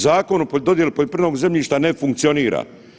Zakon o dodjeli poljoprivrednog zemljišta ne funkcionira.